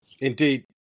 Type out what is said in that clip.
Indeed